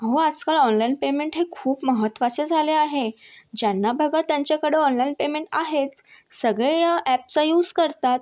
अहो आजकाल online payment हे खूप महत्वाचे झाले आहे ज्यांना बघा त्यांच्याकडं ऑनलाईन पेमेंट आहेच सगळे ह्या अॅपचा यूज करतात